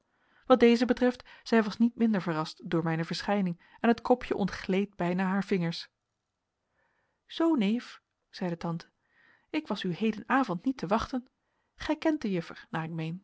wat deze betreft zij was niet minder verrast door mijne verschijning en het kopje ontgleed bijna haar vingers zoo neef zeide tante ik was u hedenavond niet te wachten gij kent de